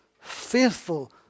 faithful